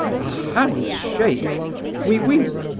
ah hands shake we weep,